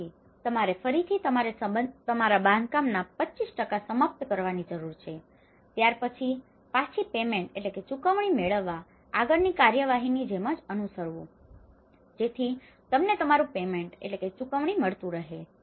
તે પછી તમારે ફરીથી તમારે તમારા બાંધકામના 25 સમાપ્ત કરવાની જરૂર છે ત્યાર પછી પાછી પેમેન્ટ payment ચુકવણી મેળવવા આગળની કાર્યવાહીની જેમ જ અનુસરવાનું જેથી તમને તમારું પેમેન્ટ payment ચુકવણી મળતું રહે